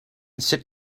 sit